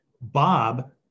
bob